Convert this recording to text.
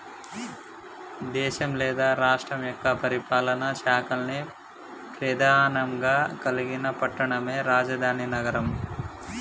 దేశం లేదా రాష్ట్రం యొక్క పరిపాలనా శాఖల్ని ప్రెధానంగా కలిగిన పట్టణమే రాజధాని నగరం